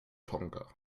tonga